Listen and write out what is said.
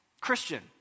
Christian